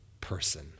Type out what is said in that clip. person